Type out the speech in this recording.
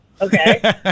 Okay